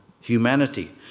Humanity